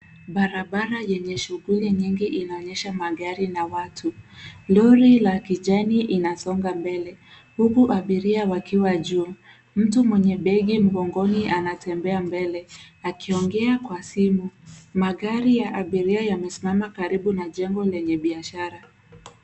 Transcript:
Barabara yenye shughuli nyingi inaonyesha magari na watu. Lori la kijani inasonga mbele huku abiria wakiwa juu. Mtu mwenye begi mgongoni anatembea mbele akiongea kwa simu. Magari ya abiria yamesimama karibu na jengo lenye biashara.